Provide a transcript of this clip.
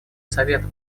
совета